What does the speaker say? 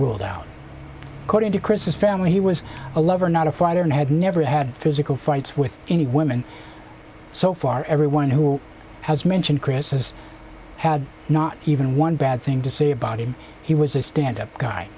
ruled out according to chris his family he was a lover not a fighter and had never had physical fights with any women so far everyone who has mentioned chris has had not even one bad thing to say about him he was a stand up guy